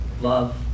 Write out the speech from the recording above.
Love